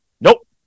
Nope